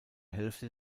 hälfte